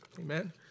Amen